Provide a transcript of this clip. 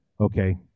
okay